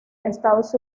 estados